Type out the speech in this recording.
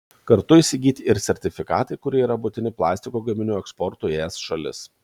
kartu įsigyti ir sertifikatai kurie yra būtini plastiko gaminių eksportui į es šalis